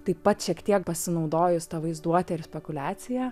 taip pat šiek tiek pasinaudojus ta vaizduote ir spekuliacija